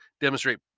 demonstrate